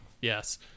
Yes